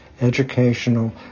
educational